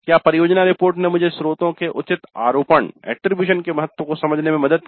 क्या परियोजना रिपोर्ट ने मुझे स्रोतों के उचित आरोपण एट्रिब्यूशन के महत्व को समझने में मदद की